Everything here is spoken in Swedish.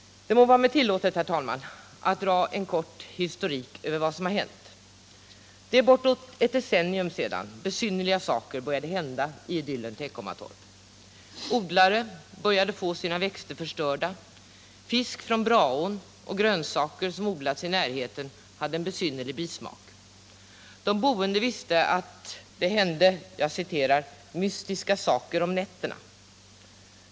Det må vara mig tillåtet, herr talman, att föredra en kort historik över vad som har hänt. Det är bortåt ett decennium sedan besynnerliga saker började hända i idyllen Teckomatorp. Odlare började få sina växter förstörda, fisk från Braån och grönsaker som odlats i närheten hade en besynnerlig bismak. De boende visste att det hände ”mystiska saker om nätterna”.